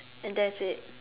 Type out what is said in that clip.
and that's it